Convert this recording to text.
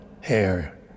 hair